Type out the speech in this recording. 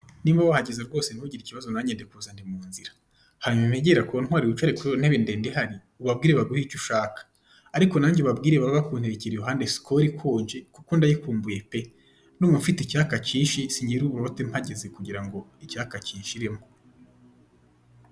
Nimba wahageze rwose ntugire ikibazo nange ndikuza ndi mu nzira, hanyuma wegere kontwari wicare kuri iyo ntebe ndende ihari ubabwire baguhe icyo ushaka ariko nange ubabwire babe bakunterekera iruhande sikoro ikonje kuko ndayikumbuye pe! Ndumva mfite icyaka cyinshi singe uri burote mageze kugira ngo icyaka kinshiremo.